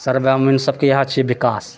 सब ग्रामीण सबके इएह छै विकास